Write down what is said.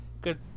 Good